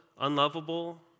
unlovable